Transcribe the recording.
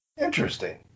Interesting